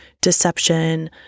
deception